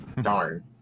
Darn